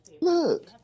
Look